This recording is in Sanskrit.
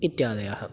इत्यादयः